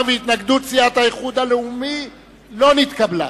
התשס"ח 2007, נתקבלה.